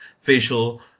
facial